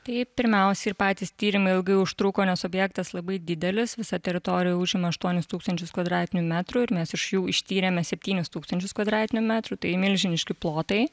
tai pirmiausia ir patys tyrimai ilgai užtruko nes objektas labai didelis visa teritorija užima aštuonis tūkstančius kvadratinių metrų ir mes iš jų ištyrėme septynis tūkstančius kvadratinių metrų tai milžiniški plotai